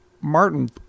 martin